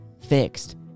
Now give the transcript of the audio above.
fixed